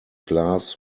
glass